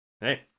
Hey